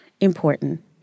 important